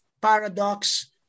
paradox